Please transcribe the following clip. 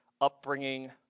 upbringing